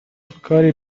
کاری